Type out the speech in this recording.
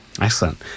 Excellent